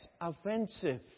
offensive